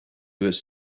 his